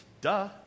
duh